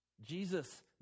Jesus